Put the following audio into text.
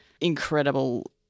incredible